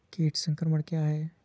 कीट संक्रमण क्या है?